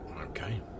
Okay